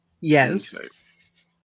Yes